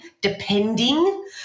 depending